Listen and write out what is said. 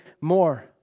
more